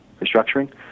restructuring